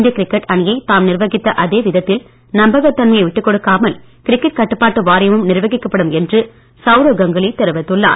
இந்திய கிரிக்கெட் அணியை தாம் நிர்வகித்த அதே விதத்தில் நம்பகதன்மையை விட்டுக்கொடுக்காமல் கிரிக்கெட் கட்டுப்பாட்டு வாரியமும் நிர்வகிக்கப்படும் என்று சவுரவ் கங்குலி தெரிவித்துள்ளார்